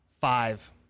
five